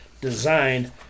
designed